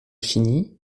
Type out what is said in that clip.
chiny